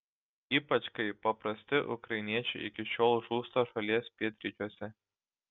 ypač kai paprasti ukrainiečiai iki šiol žūsta šalies pietryčiuose